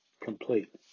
complete